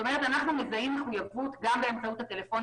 אנחנו מזהים מחויבות גם באמצעות הטלפונים